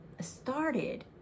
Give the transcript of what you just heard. started